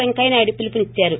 వెంకయ్యనాయుడు పిలుపునిచ్చారు